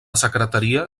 secretaria